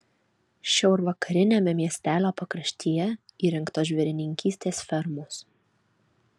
šiaurvakariniame miestelio pakraštyje įrengtos žvėrininkystės fermos